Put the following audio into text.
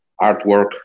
artwork